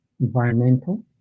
environmental